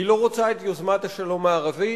היא לא רוצה את יוזמת השלום הערבית.